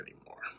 anymore